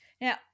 Now